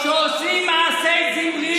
תיזהר,